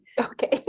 Okay